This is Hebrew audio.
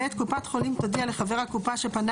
(ב) קופת חולים תודיע לחבר הקופה שפנה